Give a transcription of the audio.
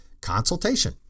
consultation